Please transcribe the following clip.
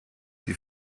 sie